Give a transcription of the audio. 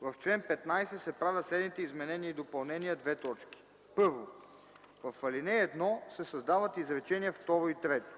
В чл. 15 се правят следните изменения и допълнения: 1. В ал. 1 се създават изречения второ и трето: